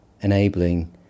enabling